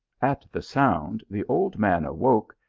at the sound the old man awoke,